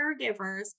caregivers